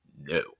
No